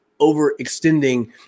overextending